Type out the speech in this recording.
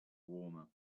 warmer